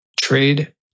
trade